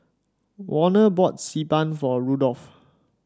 Warner bought Xi Ban for Rudolf